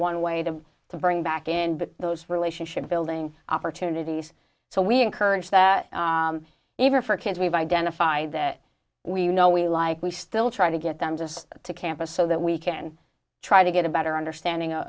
one way to to bring back in those relationship building opportunities so we encourage that even for kids we've identified that we you know we like we still try to get them just to campus so that we can try to get a better understanding